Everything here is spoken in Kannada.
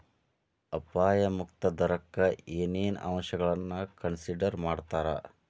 ಅಪಾಯ ಮುಕ್ತ ದರಕ್ಕ ಏನೇನ್ ಅಂಶಗಳನ್ನ ಕನ್ಸಿಡರ್ ಮಾಡ್ತಾರಾ